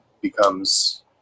becomes